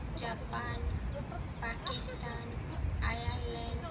Japan Pakistan Ireland